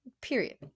period